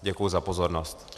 Děkuji za pozornost.